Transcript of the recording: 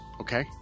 Okay